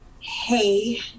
hey